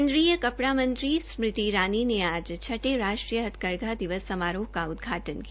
केन्द्रीय कपड़ा मंत्री स्मृति ईरानी ने आज छठे राष्ट्रीय हथकरघा दिवस समारोह का उदघाटन े किया